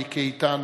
מיקי איתן,